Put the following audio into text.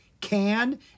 Can